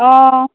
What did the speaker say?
অঁ